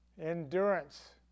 endurance